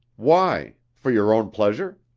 why? for your own pleasure?